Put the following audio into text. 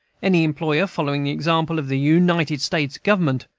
any employer, following the example of the united states government,